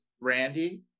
Randy